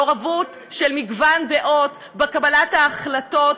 מעורבות של מגוון דעות בקבלת ההחלטות,